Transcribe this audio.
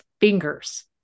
fingers